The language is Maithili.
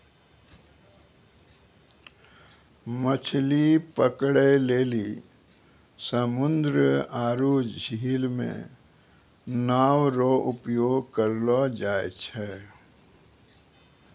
मछली पकड़ै लेली समुन्द्र आरु झील मे नांव रो उपयोग करलो जाय छै